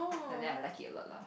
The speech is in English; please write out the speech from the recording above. and then I like it a lot lah